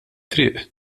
triq